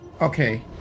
Okay